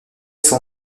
son